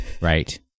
right